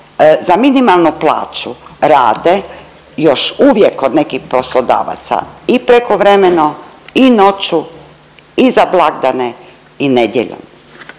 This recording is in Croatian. za minimalnu plaću rade još uvijek kod nekih poslodavaca i prekovremeno i noću i za blagdane i nedjeljom.